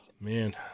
man